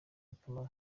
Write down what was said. akamaro